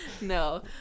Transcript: No